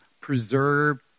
preserve